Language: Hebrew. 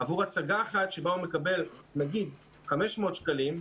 עבור הצגה אחת בה הוא מקבל נגיד 500 שקלים,